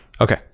okay